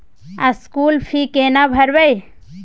School fee केना भरबै?